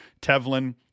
Tevlin